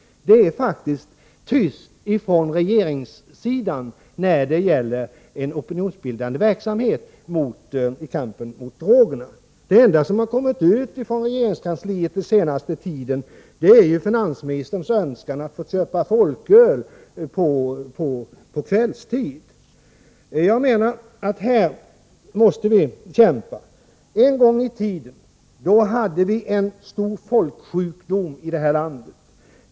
Det är faktiskt tyst från regeringssidan när det gäller den opinionsbildande verksamheten i kampen mot drogerna. Det enda som den senaste tiden har kommit ut från regeringskansliet är finansministerns önskan att få köpa folköl på kvällstid. Jag menar att vi måste kämpa mot drogerna. En gång i tiden hade vi en stor folksjukdom i det här landet.